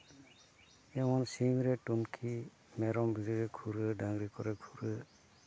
ᱡᱮᱢᱚᱱ ᱥᱤᱢ ᱨᱮ ᱴᱩᱱᱠᱤ ᱢᱮᱨᱚᱢ ᱵᱷᱤᱲᱤ ᱨᱮ ᱠᱷᱩᱨᱟᱹ ᱰᱟᱹᱝᱨᱤ ᱠᱚᱨᱮᱫ ᱠᱷᱩᱨᱟᱹ